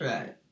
Right